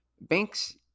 banks